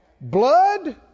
blood